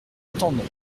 attendre